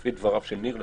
לפי דבריו של ניר לפחות,